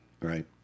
Right